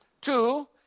Two